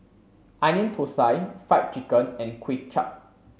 onion thosai fried chicken and Kuay Chap